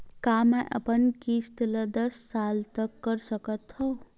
का मैं अपन किस्त ला दस साल तक कर सकत हव?